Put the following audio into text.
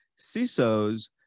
CISOs